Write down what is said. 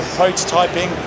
prototyping